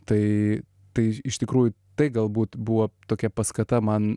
tai tai iš tikrųjų tai galbūt buvo tokia paskata man